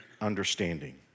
understanding